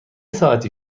ساعتی